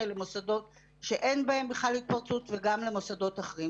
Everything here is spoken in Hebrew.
למוסדות שאין בהם בכלל התפרצות וגם למוסדות אחרים.